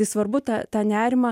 tai svarbu tą tą nerimą